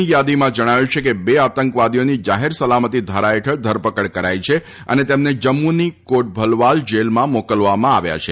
ની થાદીમાં જણાવ્યું છે કે બે આતંકવાદીઓની જાહેર સલામતી ધારા ફેઠળ ધરપકડ કરાઈ છે તથા તેમને જમ્મુની કોટભલવાલ જેલમાં મોકલવામાં આવ્યા છે